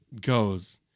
goes